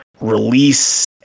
release